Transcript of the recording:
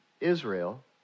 Israel